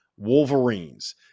wolverines